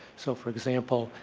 so for example,